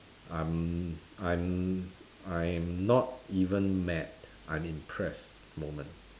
I'm I'm I'm not even mad I'm impressed moment